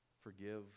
forgive